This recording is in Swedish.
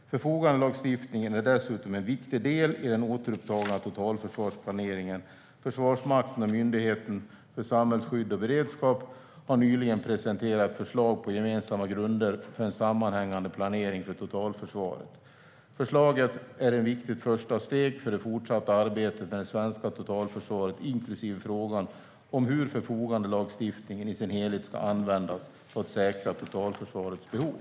Förfogandelagstiftningen är dessutom en viktig del i den återupptagna totalförsvarsplaneringen. Försvarsmakten och Myndigheten för samhällsskydd och beredskap har nyligen presenterat ett förslag på gemensamma grunder för en sammanhängande planering för totalförsvaret. Förslaget är ett viktigt första steg för det fortsatta arbetet med det svenska totalförsvaret inklusive frågan om hur förfogandelagstiftningen i sin helhet ska användas för att säkra totalförsvarets behov.